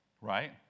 Right